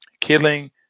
killing